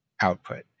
output